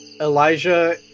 Elijah